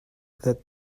that